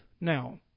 now